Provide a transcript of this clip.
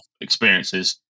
experiences